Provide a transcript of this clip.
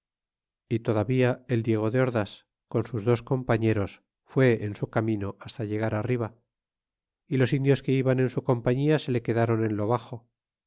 y todavía el diego de ordas con aus dos compañeros fue en su camino hasta llegar arriba y los indios que iban en su compañía se le quedaron en lo baxo